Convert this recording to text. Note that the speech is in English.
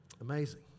amazing